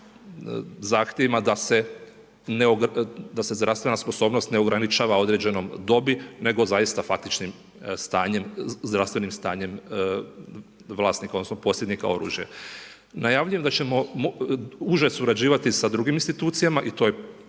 zahtjevima da se zdravstvena sposobnost ne ograničava određenom dobi nego zaista faktičnim stanjem, zdravstvenim stanjem vlasnika, odnosno posjednika oružja. Najavljujem da ćemo uže surađivati sa drugim institucijama i to je